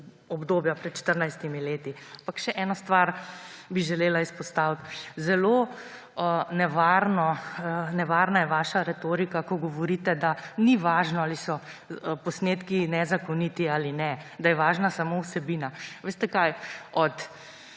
obdobja pred 14 leti. Še eno stvar bi želela izpostaviti. Zelo nevarna je vaša retorika, ko govorite, da ni važno, ali so posnetki nezakoniti ali ne, da je važna samo vsebina. Veste, kaj? Od